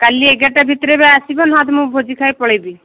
କାଲି ଏଗାରଟା ଭିତରେ ବି ଆସିବ ନ ହେଲେ ମୁଁ ଭୋଜି ଖାଇ ପଳାଇବି